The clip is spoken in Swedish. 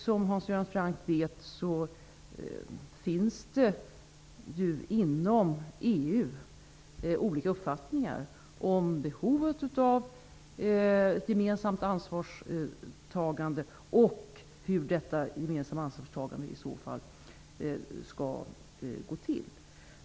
Som Hans Göran Franck vet finns det inom EU olika uppfattningar om behovet av ett gemensamt ansvarstagande och hur detta i så fall skall gå till.